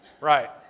Right